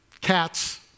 cats